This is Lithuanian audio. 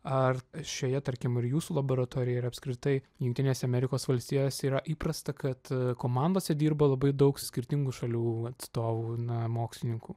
ar šioje tarkim ir jūsų laboratorijoj ir apskritai jungtinėse amerikos valstijose yra įprasta kad komandose dirba labai daug skirtingų šalių atstovų na mokslininkų